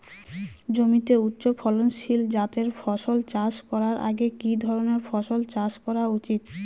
জমিতে উচ্চফলনশীল জাতের ফসল চাষ করার আগে কি ধরণের ফসল চাষ করা উচিৎ?